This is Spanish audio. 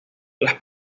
las